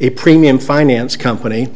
a premium finance company